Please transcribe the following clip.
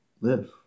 live